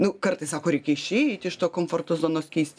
nu kartais sako reikia išeit iš to komforto zonos keist